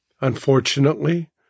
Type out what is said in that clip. Unfortunately